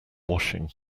washing